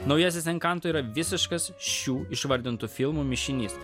naujasis enkanto yra visiškas šių išvardintų filmų mišinys